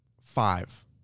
five